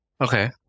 Okay